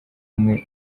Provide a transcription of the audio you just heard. umwe